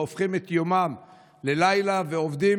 והם הופכים את לילם ליום ועובדים,